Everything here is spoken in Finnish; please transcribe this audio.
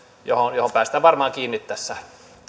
johon johon päästään varmaan kiinni tässä